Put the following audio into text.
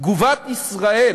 תגובת ישראל